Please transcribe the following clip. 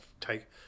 take